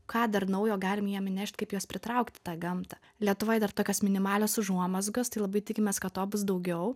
ką dar naujo galim jiem įnešt kaip juos pritraukt į tą gamtą lietuvoj dar tokios minimalios užuomazgos tai labai tikimės kad to bus daugiau